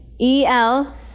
E-L